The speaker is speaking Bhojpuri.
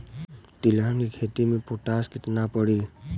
तिलहन के खेती मे पोटास कितना पड़ी?